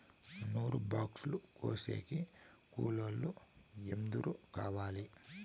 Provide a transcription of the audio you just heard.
నూరు బాక్సులు కోసేకి కూలోల్లు ఎందరు కావాలి?